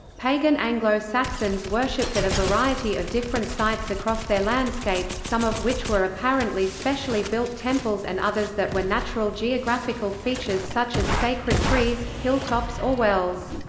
pagan anglo-saxons worshipped at a variety of different sites across their landscape, some of which were apparently specially built temples and others others that were natural geographical features such as sacred trees, hilltops or wells.